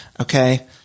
okay